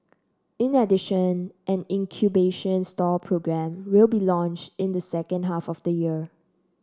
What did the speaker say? in addition an incubation stall programme will be launched in the second half of the year